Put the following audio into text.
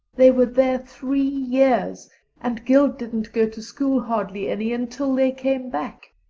they were there three years and gil didn't go to school hardly any until they came back.